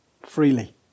freely